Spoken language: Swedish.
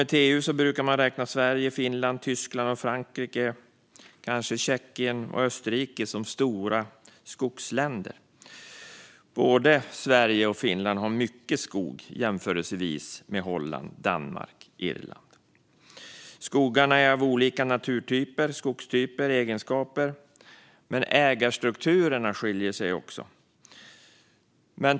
I EU brukar man räkna Sverige, Finland, Tyskland, Frankrike och kanske Tjeckien och Österrike som stora skogsländer. Både Sverige och Finland har mycket skog i jämförelse med Holland, Danmark och Irland. Skogarna är av olika naturtyper och skogstyper och har olika egenskaper, men ägarstrukturerna skiljer sig också åt.